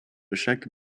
chaque